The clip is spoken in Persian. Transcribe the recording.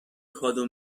کادو